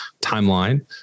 timeline